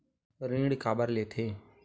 ऋण काबर लेथे?